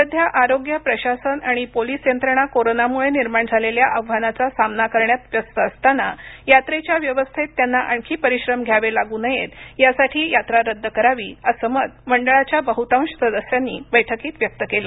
सध्या आरोग्य प्रशासन आणि पोलीस यंत्रणा कोरोनामुळे निर्माण झालेल्या आव्हानाचा सामना करण्यात व्यस्त असताना यात्रेच्या व्यवस्थेत त्यांना आणखी परिश्रम घ्यावे लागू नयेत यासाठी यात्रा रद्द करावी असं मत मंडळाच्या बहुतांश सदस्यांनी बैठकीत व्यक्त केलं